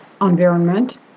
environment